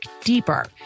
deeper